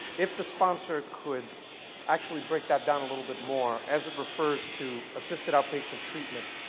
if the sponsor could actually break that down a little bit more, as it refers to assisted outpatient treatment.